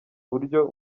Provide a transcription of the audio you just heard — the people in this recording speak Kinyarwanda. buryo